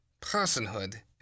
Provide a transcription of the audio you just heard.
personhood